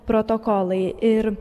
protokolai ir